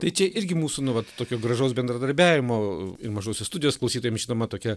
tai čia irgi mūsų nu vat tokio gražaus bendradarbiavimo ir mažosios studijos klausytojam ši tema tokia